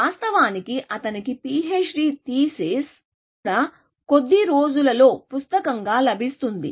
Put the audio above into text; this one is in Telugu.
వాస్తవానికి అతని పిహెచ్డి థీసిస్ కూడా కొద్దీ రోజులలో పుస్తకంగా లభిస్తుంది